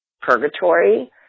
purgatory